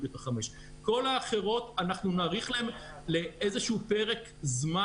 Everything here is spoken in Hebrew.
כל האחרות אנחנו נאריך להן לאיזשהו פרק זמן